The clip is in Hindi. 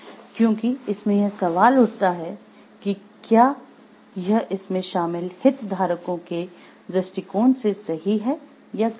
क्योंकि इसमें यह सवाल उठता है कि क्या यह इसमें शामिल हितधारकों के दृष्टिकोण से सही है या गलत है